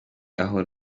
aho